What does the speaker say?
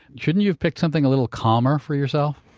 shouldn't you have picked something a little calmer for yourself?